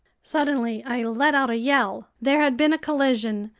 suddenly i let out a yell. there had been a collision,